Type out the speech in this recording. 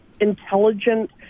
intelligent